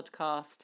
podcast